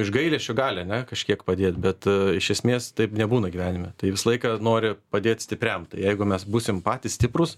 iš gailesčio gali ane kažkiek padėt bet iš esmės taip nebūna gyvenime tai visą laiką nori padėt stipriam tai jeigu mes būsim patys stiprūs